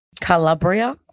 Calabria